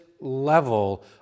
level